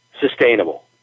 sustainable